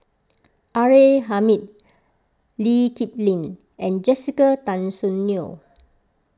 R A Hamid Lee Kip Lin and Jessica Tan Soon Neo